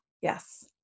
Yes